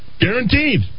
Guaranteed